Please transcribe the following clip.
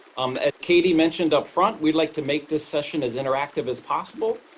um as katie mentioned up front, we'd like to make this session as interactive as possible.